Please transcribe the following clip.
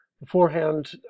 Beforehand